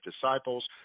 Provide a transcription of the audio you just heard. disciples